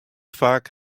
faak